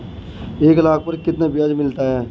एक लाख पर कितना ब्याज मिलता है?